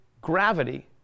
gravity